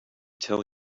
tell